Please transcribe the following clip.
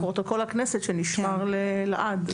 גם בפרוטוקול הכנסת שנשמר לעד,